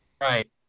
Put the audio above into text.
right